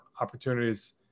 opportunities